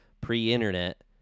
pre-internet